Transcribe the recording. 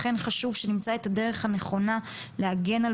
לכן חשוב שנמצא את הדרך הנכונה להגן על